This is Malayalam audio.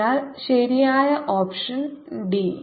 അതിനാൽ ശരിയായ ഓപ്ഷൻ ഡി